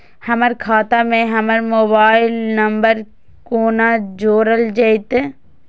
हमर खाता मे हमर मोबाइल नम्बर कोना जोरल जेतै?